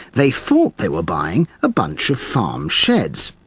they thought they were buying a bunch of farm sheds.